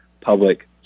public